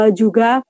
juga